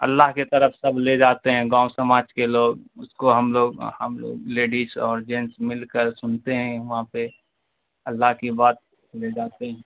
اللہ کے طرف سب لے جاتے ہیں گاؤں سماج کے لوگ اس کو ہم لوگ ہم لوگ لیڈیز اور جینٹس مل کر سنتے ہیں وہاں پہ اللہ کی بات لے جاتے ہیں